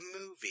movie